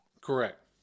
Correct